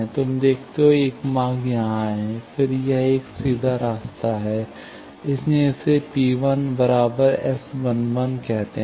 तुम देखते हो एक मार्ग यहां है फिर यह एक सीधा रास्ता है इसीलिए इसे P1 S11 कहते हैं